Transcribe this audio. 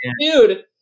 dude